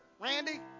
Randy